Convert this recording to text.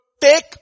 take